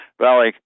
Valley